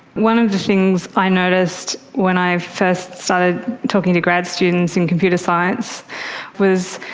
one of the things i noticed when i first started talking to grad students in computer science was